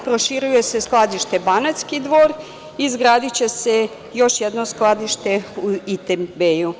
Proširuje se skladište Banatski Dvor i izgradiće se još jedno skladište u Itebeju.